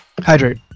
Hydrate